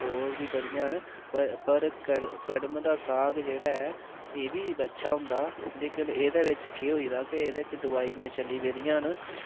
होर बी बड़ियां न पर कड़म दा साग जेह्ड़ा ऐ एह्बी अच्छा होंदा लेकिन एह्दे बिच केह् होई दा की एह्दे बिच दवाइयां चली पेदियां न